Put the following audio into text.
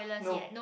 no